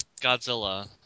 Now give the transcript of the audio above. Godzilla